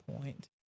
point